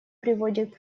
приводят